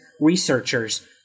researchers